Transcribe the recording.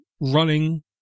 running